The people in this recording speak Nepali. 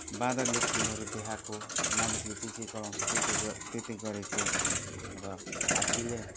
बाँदरले खेलहरू देखाएको मालिकले जे जे गराउँछ त्यही त्यही त्यही त्यही गरेको र हात्तीले